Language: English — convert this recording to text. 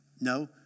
No